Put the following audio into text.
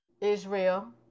Israel